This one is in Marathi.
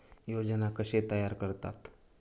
योजना कशे तयार करतात?